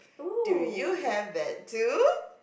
do you have that too